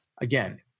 again